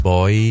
Boy